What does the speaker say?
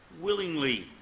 willingly